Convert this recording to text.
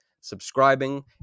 subscribing